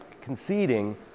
conceding